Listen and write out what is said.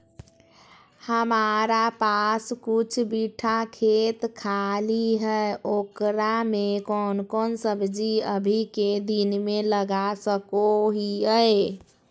हमारा पास कुछ बिठा खेत खाली है ओकरा में कौन कौन सब्जी अभी के दिन में लगा सको हियय?